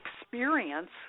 experience